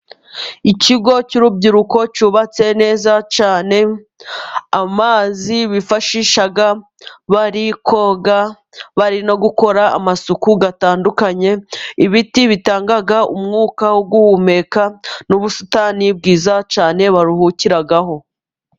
Ikigo cy'urubyiruko cyubatse neza cyane， amazi bifashisha bari koga， bari no gukora amasuku atandukanye，ibiti bitanga umwuka wo guhumeka， n'ubusitani bwiza cyane， baruhukiraho.